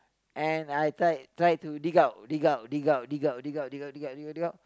and I tried tried to dig out dig out dig out dig out dig out dig out dig out dig out dig out